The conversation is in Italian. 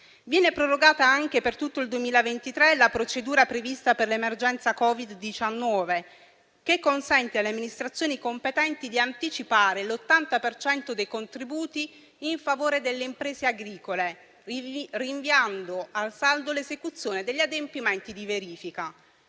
Viene prorogata anche per tutto il 2023 la procedura prevista per l'emergenza Covid-19, che consente alle amministrazioni competenti di anticipare l'80 per cento dei contributi in favore delle imprese agricole, rinviando al saldo l'esecuzione degli adempimenti di verifica.